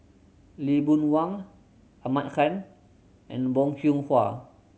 Lee Boon Wang Ahmad Han and Bong Hiong Hwa